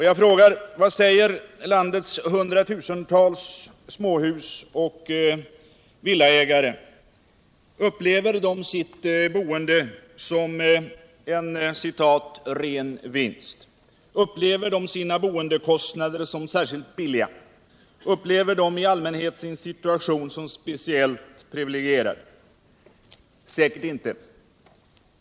Jag frågar mig vad landets hundratusentals småhus och villaägare säger. Upplever de sitt boende som cen ”ren vinst”, upplever de sina boendekostnader som särskilt låga, upplever de i allmänhet sin situation som speciellt privilegierad? Säkert inte.